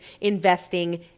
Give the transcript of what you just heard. investing